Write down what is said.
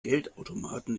geldautomaten